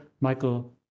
Michael